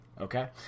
Okay